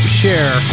share